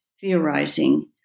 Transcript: theorizing